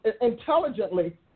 intelligently